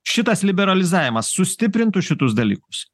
šitas liberalizavimas sustiprintų šitus dalykus